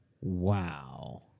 Wow